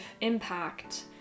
impact